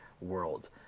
world